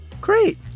great